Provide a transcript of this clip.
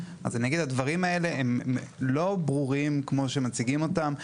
אז אני אגיד שהדברים האלה הם לא ברורים כמו שמציגים אותם.